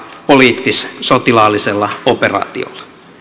poliittis sotilaallisella operaatiolla